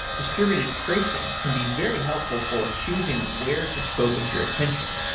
distributed tracing can be very helpful for choosing where to focus your attention